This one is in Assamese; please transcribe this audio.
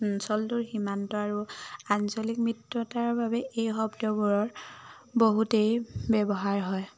অঞ্চলটোৰ সীমান্ত আৰু আঞ্চলিক মিত্ৰতাৰ বাবে এই শব্দবোৰৰ বহুতেই ব্যৱহাৰ হয়